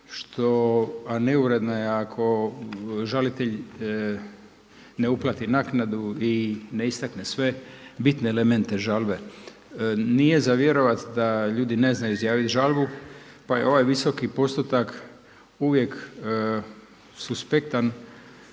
što, a neuredna je ako žalitelj ne uplati naknadu i ne istakne sve bitne elemente žalbe. Nije za vjerovati da ljudi ne znaju izjaviti žalbu pa je ovaj visoki postotak uvijek suspektan